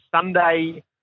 Sunday